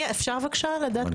אפשר בבקשה לדעת מי?